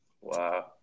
Wow